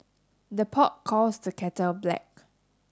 the pot calls the kettle black